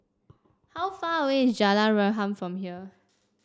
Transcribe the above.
how far away is Jalan Harum from here